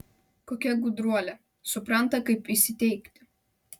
kokia gudruolė supranta kaip įsiteikti